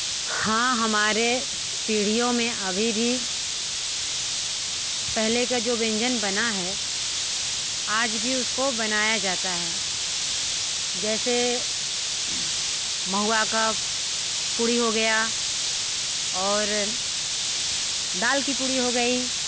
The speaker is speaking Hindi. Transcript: हाँ हमारे पीढ़ियों में अभी भी पहले का जो व्यंजन बना है आज भी उसको बनाया जाता है जैसे महुआ का पूड़ी हो गया और दाल की पूड़ी हो गई